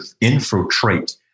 infiltrate